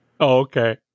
Okay